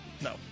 no